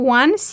one